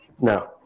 No